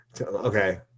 Okay